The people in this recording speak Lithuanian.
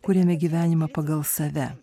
kuriame gyvenimą pagal save